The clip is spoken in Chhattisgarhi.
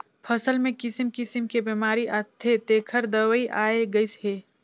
फसल मे किसिम किसिम के बेमारी आथे तेखर दवई आये गईस हे